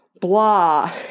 blah